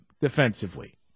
defensively